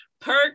Perk